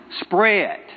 Spread